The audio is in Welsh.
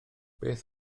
beth